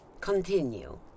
Continue